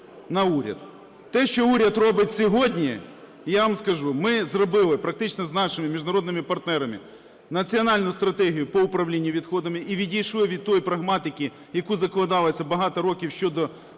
Те що уряд робить сьогодні, я вам скажу, ми зробили практично з нашими міжнародними партнерами національну стратегію по управлінню відходами. І відійшли від тієї прагматики, яка закладалася багато років щодо